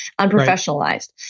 unprofessionalized